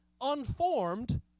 unformed